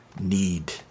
need